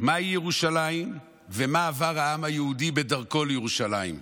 מהי ירושלים ומה עבר העם היהודי בדרכו לירושלים,